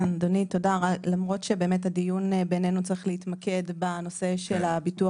למרות שהדיון בעינינו צריך להתמקד בנושא של הביטוח